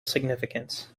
significance